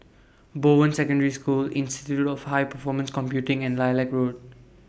Bowen Secondary School Institute of High Performance Computing and Lilac Road